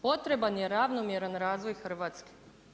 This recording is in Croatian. Potreban je ravnomjeran razvoj Hrvatskoj.